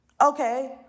Okay